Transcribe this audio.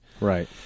Right